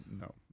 no